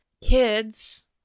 Kids